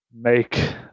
make